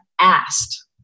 asked